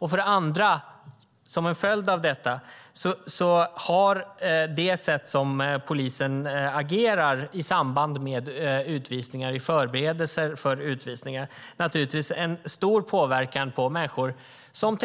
För det andra och som en följd av detta har det sätt som polisen agerar på i samband med utvisningar och i förberedelser för utvisningar naturligtvis en stor påverkan på människor som